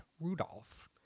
Rudolph